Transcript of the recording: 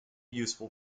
useful